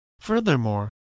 Furthermore